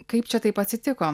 kaip čia taip atsitiko